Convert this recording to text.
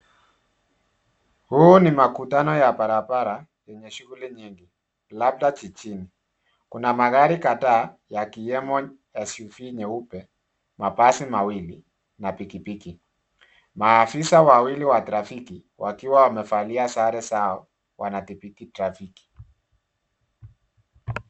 Huu ni makutano ya barabara yenye shughuli nyingi labda jijini. Kuna magari kadhaa yakiwemo SUV nyeupe, mabasi mawili na pikipiki. Maafisa wawili wa trafiki wakiwa wamevalia sare zao, wanadhibiti trafiki.